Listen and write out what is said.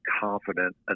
confident